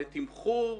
בתמחור.